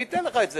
אני אתן לך את זה,